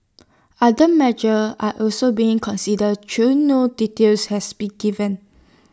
other measures are also being considered though no details has been given